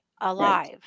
alive